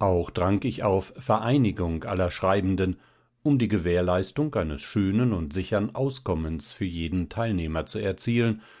auch drang ich auf vereinigung aller schreibenden um die gewährleistung eines schönen und sichern auskommens für jeden teilnehmer zu erzielen